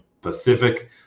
Pacific